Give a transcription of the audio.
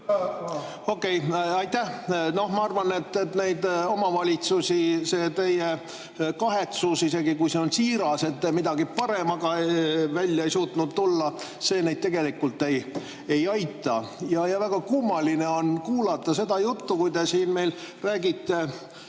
Okei! Aitäh! Ma arvan, et neid omavalitsusi see teie kahetsus – isegi kui see on siiras –, et te millegi paremaga välja ei suutnud tulla, tegelikult ei aita. Ja väga kummaline on kuulata seda juttu, kui te siin meile räägite,